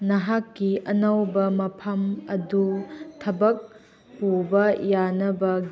ꯅꯍꯥꯛꯀꯤ ꯑꯅꯧꯕ ꯃꯐꯝ ꯑꯗꯨ ꯊꯕꯛ ꯄꯨꯕ ꯌꯥꯅꯕ